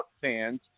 fans